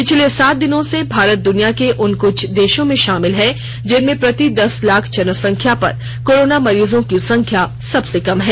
पिछले सात दिनों से भारत द्निया के उन कुछ देर्शो में शामिल है जिनमें प्रति दस लाख जनसंख्या पर कोरोना मरीजों की संख्या सबर्से कम है